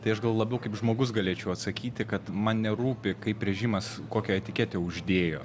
tai aš gal labiau kaip žmogus galėčiau atsakyti kad man nerūpi kaip režimas kokią etiketę uždėjo